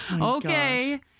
okay